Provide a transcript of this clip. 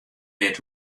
wit